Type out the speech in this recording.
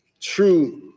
True